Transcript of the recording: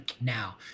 now